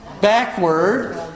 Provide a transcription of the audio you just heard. backward